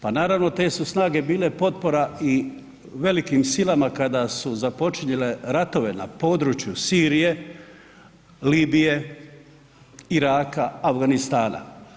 Pa naravno te su snage bile potpora i velikim silama kada su započinjale ratove na području Sirije, Libije, Iraka, Afganistana.